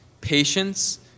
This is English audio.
patience